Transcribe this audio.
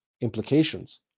implications